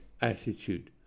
attitude